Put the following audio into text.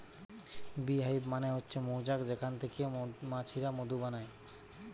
bee hive মানে হচ্ছে মৌচাক যেখান থিকে মৌমাছিরা মধু বানায়